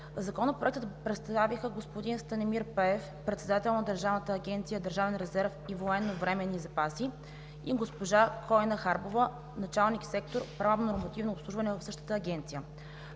Законопроектът представиха господин Станимир Пеев – председател на Държавна агенция „Държавен резерв и военновременни запаси“, и госпожа Койна Харбова – началник- сектор „Правно-нормативно обслужване“ в същата агенция.